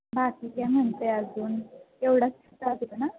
बाकी काय म्हणते अजून एवढा त्रास होतो ना